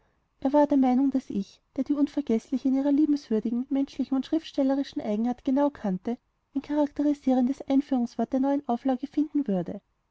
er war der meinung daß ich der ich die unvergeßliche in ihrer liebenswürdigen menschlichen und schriftstellerischen eigenart genau kannte ein charakterisierendes einführungswort der neuen auflage finden würde